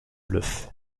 l’œuf